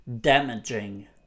damaging